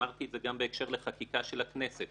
אמרתי את זה גם בהקשר לחקיקה של הכנסת,